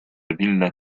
ville